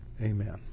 Amen